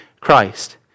Christ